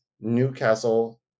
Newcastle